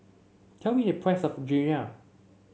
tell me the price of Gyoza